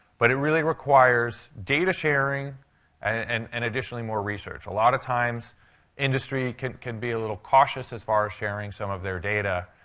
but it really requires data sharing and, and additionally, more research. a lot of times industry industry can be a little cautious as far as sharing some of their data.